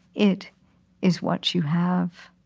it is what you have.